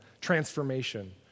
transformation